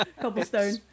Cobblestone